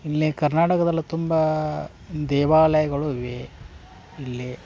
ಇಲ್ಲೆ ಕರ್ನಾಟಕದಲ್ಲಿ ತುಂಬ ದೇವಾಲಯಗಳು ಇವೆ ಇಲ್ಲಿ